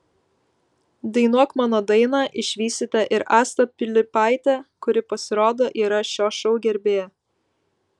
dainuok mano dainą išvysite ir astą pilypaitę kuri pasirodo yra šio šou gerbėja